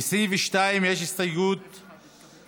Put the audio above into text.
לסעיף 2 יש הסתייגות של חברי הכנסת יצחק הרצוג,